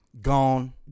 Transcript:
Gone